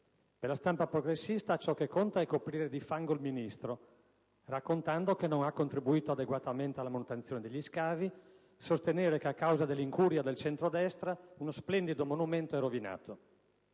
Per la stampa progressista ciò che conta è coprire di fango il Ministro, raccontando che non ha contribuito adeguatamente alla manutenzione degli scavi, sostenere che a causa dell'incuria del centrodestra uno splendido monumento è rovinato.